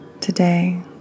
Today